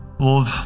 Lord